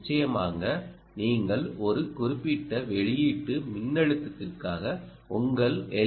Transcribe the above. நிச்சயமாக நீங்கள் ஒரு குறிப்பிட்ட வெளியீட்டு மின்னழுத்தத்திற்காக உங்கள் எல்